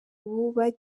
ubu